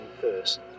first